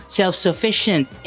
self-sufficient